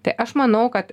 tai aš manau kad